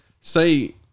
say